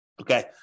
Okay